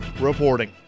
reporting